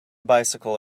bicycle